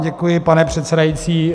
Děkuji vám, pane předsedající.